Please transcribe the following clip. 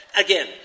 Again